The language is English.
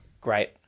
Great